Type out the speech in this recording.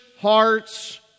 hearts